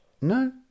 no